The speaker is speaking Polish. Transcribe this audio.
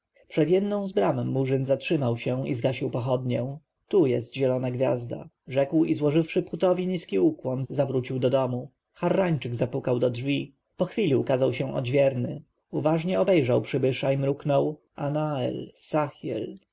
przed jedną z bram murzyn zatrzymał się i zgasił pochodnię tu jest zielona gwiazda rzekł i złożywszy phutowi niski ukłon zawrócił do domu harrańczyk zapukał do wrót po chwili ukazał się odźwierny uważnie obejrzał przybysza i mruknął anael